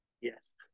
yes